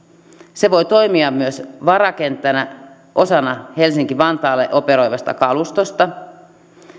se voi toimia myös varakenttänä osalle helsinki vantaalle operoivasta kalustosta